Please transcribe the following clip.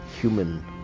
human